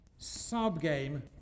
subgame